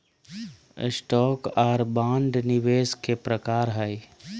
stock आर bond निवेश के प्रकार हय